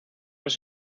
los